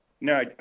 No